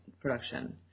production